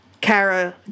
Kara